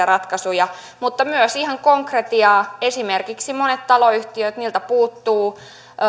ratkaisuja mutta myös ihan konkretiaa esimerkiksi monilta taloyhtiöiltä puuttuu